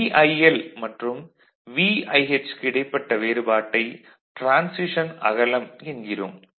VIL மற்றும் VIH க்கு இடைப்பட்ட வேறுபாட்டை டிரான்சிஷன் அகலம் என்கிறோம்